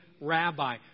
rabbi